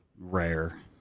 rare